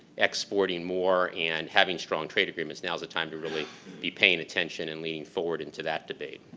exporting more and having strong trade agreements, now is the time to really be paying attention and leaning forward into that debate.